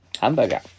Hamburger